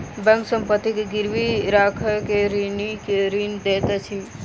bank संपत्ति के गिरवी राइख के ऋणी के ऋण दैत अछि